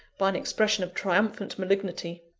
by an expression of triumphant malignity.